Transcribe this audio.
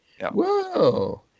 Whoa